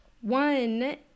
one